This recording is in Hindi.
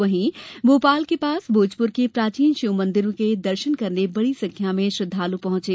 वहीं भोपाल के पास भोजपुर में प्राचीन शिव मंदिर के दर्शन करने बड़ी संख्या में श्रद्वाल पहंचे